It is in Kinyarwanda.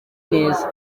neza